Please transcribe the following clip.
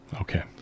Okay